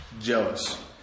jealous